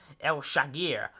El-Shagir